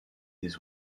des